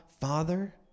Father